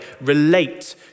relate